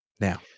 Now